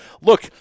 look